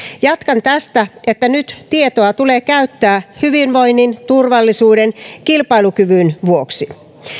jatkan tästä että nyt tietoa tulee käyttää hyvinvoinnin turvallisuuden ja kilpailukyvyn vuoksi